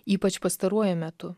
ypač pastaruoju metu